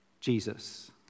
Jesus